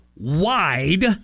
wide